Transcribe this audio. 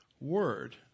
word